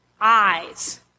eyes